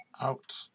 out